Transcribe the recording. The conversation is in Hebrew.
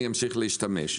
אני אמשיך להשתמש בהם.